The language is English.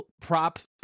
Props